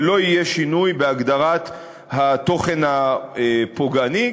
ולא יהיה שינוי בהגדרת התוכן הפוגעני,